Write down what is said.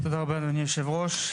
תודה רבה אדוני יושב הראש.